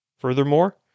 Furthermore